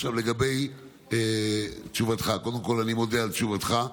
לגבי תשובתך, קודם כול אני מודה על תשובתך,